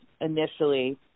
initially